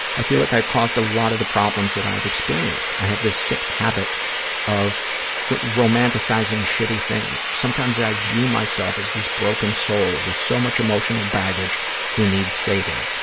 i feel like i've caused a lot of the problems that i've experienced. i have this sick habit of romanticizing shitty things. sometimes i view myself as this broken soul with so much emotional baggage who needs saving.